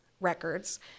records